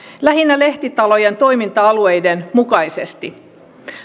lähinnä lehtitalojen toiminta alueiden mukaisesti